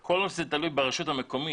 כל עוד זה תלוי ברשות המקומית,